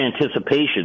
anticipation